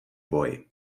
boj